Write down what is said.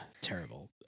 Terrible